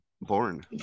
born